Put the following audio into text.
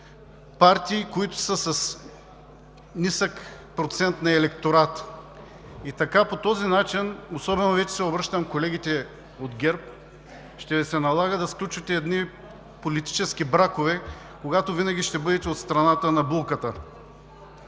партии, които са с нисък процент на електорат. По този начин – обръщам се особено към колегите от ГЕРБ, ще се налага да сключите политически бракове, като винаги ще бъдете от страната на булката.